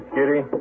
Kitty